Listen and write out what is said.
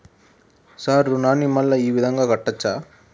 Sir రుణాన్ని మళ్ళా ఈ విధంగా కట్టచ్చా?